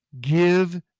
give